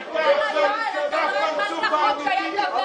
ומה יקרה אם לא תאושר הפנייה?